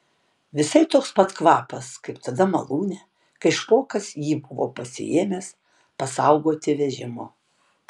visai toks pat kvapas kaip tada malūne kai špokas jį buvo pasiėmęs pasaugoti vežimo